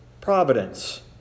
providence